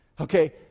Okay